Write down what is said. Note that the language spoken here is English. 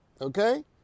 okay